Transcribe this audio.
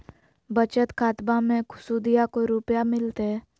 बचत खाताबा मे सुदीया को रूपया मिलते?